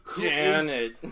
Janet